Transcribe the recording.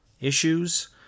issues